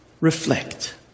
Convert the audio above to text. reflect